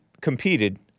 competed